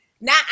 now